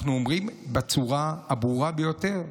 אנחנו אומרים בצורה הברורה ביותר: